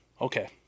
Okay